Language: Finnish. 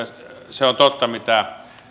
se on totta mitä